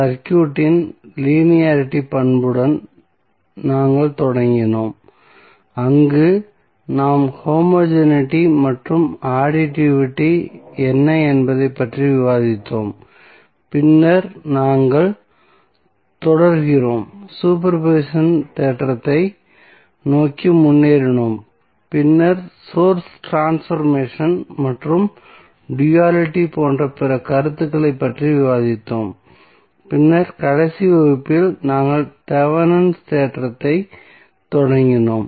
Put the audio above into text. சர்க்யூட்டின் லீனியாரிட்டி பண்புடன் நாங்கள் தொடங்கினோம் அங்கு நாம் ஹோமோஜெனிட்டி மற்றும் அடிட்டிவிட்டி என்ன என்பதைப் பற்றி விவாதித்தோம் பின்னர் நாங்கள் தொடர்கிறோம் சூப்பர் போசிஷன் தேற்றத்தை நோக்கி முன்னேறினோம் பின்னர் சோர்ஸ் ட்ரான்ஸ்பர்மேசன் மற்றும் டுயலிட்டி போன்ற பிற கருத்துகளைப் பற்றி விவாதித்தோம் பின்னர் கடைசி வகுப்பில் நாங்கள் தேவெனின்ஸ் தேற்றத்தைத் Thevenins theorem தொடங்கினோம்